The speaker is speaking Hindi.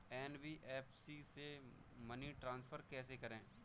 एन.बी.एफ.सी से मनी ट्रांसफर कैसे करें?